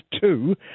two